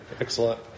excellent